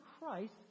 Christ